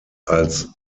als